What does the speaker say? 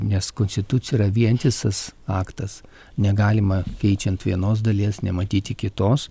nes konstitucija yra vientisas aktas negalima keičiant vienos dalies nematyti kitos